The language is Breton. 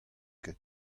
ket